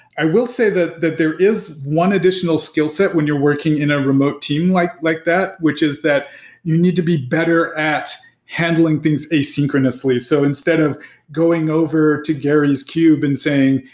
i will say that that there is one additional skillset when you're working in a remote team like like that, which is that you need to be better at handling things asynchronously. so, instead of going over to gary's cube and saying,